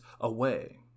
away